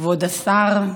כבוד השר,